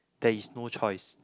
there is no choice